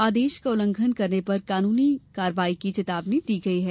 आदेश का उल्लंघन करने पर कानूनी कार्यवाही की चेतावनी दी गई है